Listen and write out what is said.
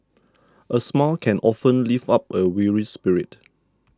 a smile can often lift up a weary spirit